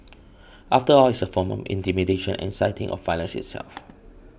after all it's a form on intimidation and inciting of violence itself